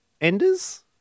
enders